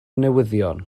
newyddion